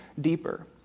deeper